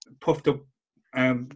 puffed-up